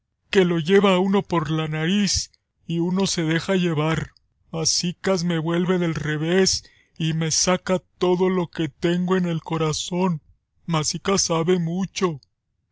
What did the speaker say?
que lo lleva a uno por la nariz y uno se deja llevar masicas me vuelve del revés y me saca todo lo que tengo en el corazón masicas sabe mucho